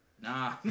nah